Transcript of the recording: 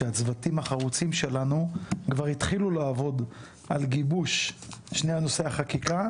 שהצוותים החרוצים שלנו כבר התחילו לעבוד על גיבוש שני נושאי החקיקה,